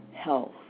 Health